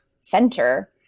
center